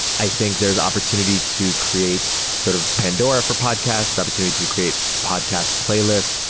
i think there is opportunity to create sort of pandora for podcast, opportunity to create podcast playlists.